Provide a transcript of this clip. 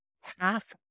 Half